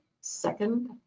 second